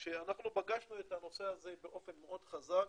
רוצה להגיד לך שאנחנו פגשנו את הנושא הזה באופן מאוד חזק